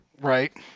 Right